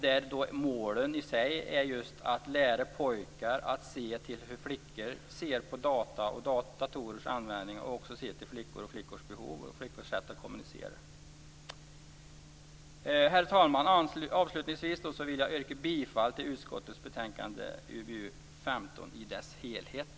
Där bör målen i sig vara att lära pojkar hur flickor ser på data och datorers användning och att se till flickors behov och sätt att kommunicera. Herr talman! Avslutningsvis vill jag yrka bifall till hemställan i utskottets betänkande UbU15 i dess helhet.